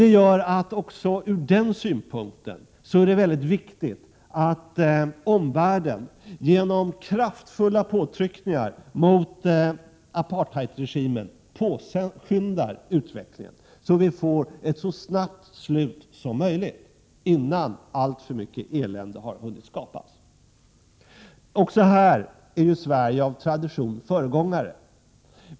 Också från den synpunkten är det viktigt att omvärlden genom kraftfulla påtryckningar mot apartheidregimen påskyndar utvecklingen så att vi får ett så snabbt slut som möjligt, innan alltför mycket elände har hunnit skapas. Också här är Sverige av tradition föregångare.